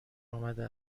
آمده